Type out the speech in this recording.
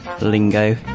lingo